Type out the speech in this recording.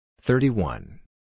thirty-one